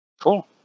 Cool